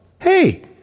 Hey